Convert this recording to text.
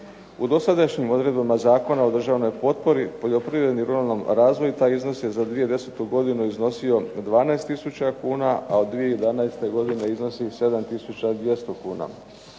U dosadašnjim odredbama Zakona o državnoj potpori poljoprivredi i ruralnom razvoju taj iznos je za 2010. godinu iznosio 12000 kuna, a 2011. godine iznosi 7200 kuna.